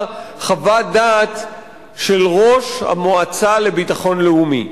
חוות דעת של ראש המועצה לביטחון לאומי.